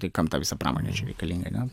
tai kam ta visa pramonė čia reikalinga ane